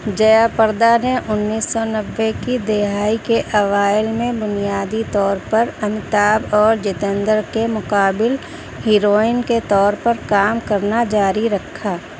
جیا پردا نے انیّس سو نوّے کی دہائی کے اوائل میں بنیادی طور پر امیتابھ اور جیتندر کے مقابل ہیروئن کے طور پر کام کرنا جاری رکھا